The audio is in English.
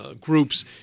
groups